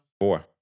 four